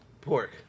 Pork